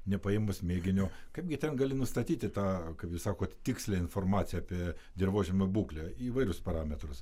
nepaėmus mėginio kaipgi ten gali nustatyti tą kaip jūs sakot tikslią informaciją apie dirvožemio būklę įvairius parametrus